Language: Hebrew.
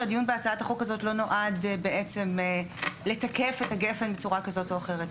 שהדיון בהצעת החוק הזאת לא נועד בעצם לתקף את גפ"ן בצורה כזאת או אחרת.